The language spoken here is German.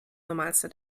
normalste